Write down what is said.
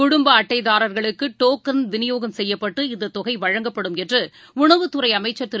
குடும்பஅட்டைதாரர்களுக்குடோக்கன் விநியோகம் செய்யப்பட்டு இந்தத் தொகைவழங்கப்படும் என்றுஉணவுத்துறைஅமைச்சர் திரு